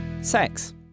Sex